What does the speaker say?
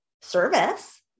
service